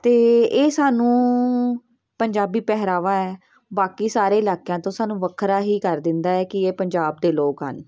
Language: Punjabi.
ਅਤੇ ਇਹ ਸਾਨੂੰ ਪੰਜਾਬੀ ਪਹਿਰਾਵਾ ਹੈ ਬਾਕੀ ਸਾਰੇ ਇਲਾਕਿਆਂ ਤੋਂ ਸਾਨੂੰ ਵੱਖਰਾ ਹੀ ਕਰ ਦਿੰਦਾ ਹੈ ਕਿ ਇਹ ਪੰਜਾਬ ਦੇ ਲੋਕ ਹਨ